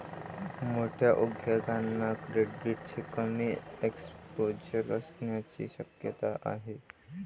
मोठ्या उद्योगांना क्रेडिटचे कमी एक्सपोजर असण्याची शक्यता आहे